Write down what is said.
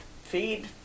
feed